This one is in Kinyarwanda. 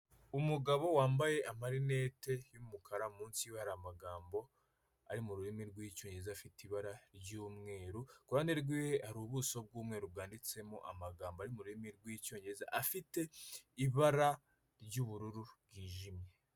Umugabo wambaye amarinete y'umukara, munsi yiwe hari amagambo ari mu rurimi rw'icyongereza, afite ibara ry'umweru, ku ruhande rwiwe hari ubuso bw'umweru bwanditsemo amagambo ari mu rurimi rw'icyongereza, afite ibara ry'ubururu bwijimye.